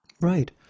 Right